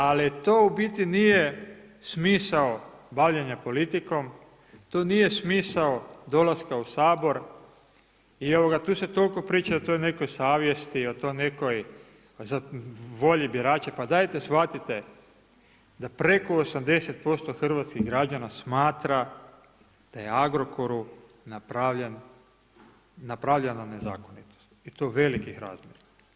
Ali, to u biti nije, smisao bavljenja politikom, to nije smisao dolaska u Sabor i tu se toliko priča o toj nekoj savjesti, o toj nekoj volji birača, pa dajte shvatiti da preko 80% hrvatskih građana smatra da je Agrokoru napravljen nezakonito i to velikih razmjera.